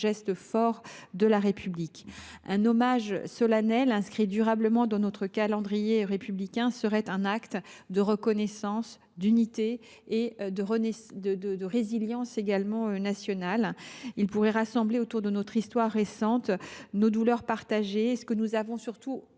un geste fort de la République. Un hommage solennel, inscrit durablement dans notre calendrier républicain, serait un acte de reconnaissance, d’unité et de résilience nationales. Il pourrait rassembler autour de notre histoire récente nos douleurs partagées et, surtout,